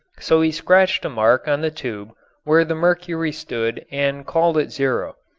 so he scratched a mark on the tube where the mercury stood and called it zero.